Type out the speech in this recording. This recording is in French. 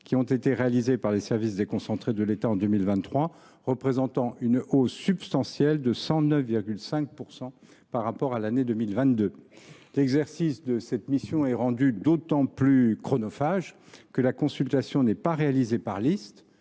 qui ont été effectuées par les services déconcentrés de l’État en 2023, soit une hausse substantielle de 109,5 % par rapport à l’année 2022. L’exercice de cette mission est rendu d’autant plus chronophage que la consultation est réalisée non pas